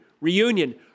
reunion